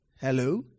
Hello